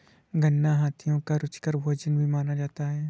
गन्ना हाथियों का रुचिकर भोजन भी माना जाता है